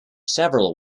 several